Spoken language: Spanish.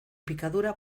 picadura